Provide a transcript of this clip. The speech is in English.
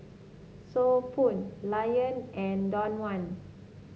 So Pho Lion and Danone